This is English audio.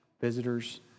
visitors